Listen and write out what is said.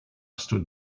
stood